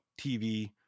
tv